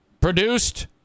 produced